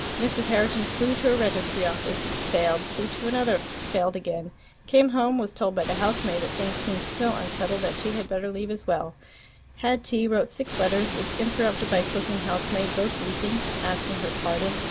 mrs. herriton flew to a registry office, failed flew to another, failed again came home, was told by the housemaid that things seemed so unsettled that she had better leave as well had tea, wrote six letters, was interrupted by cook and housemaid, both weeping, asking her pardon,